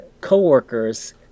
co-workers